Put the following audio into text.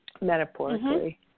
metaphorically